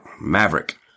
Maverick